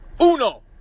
Uno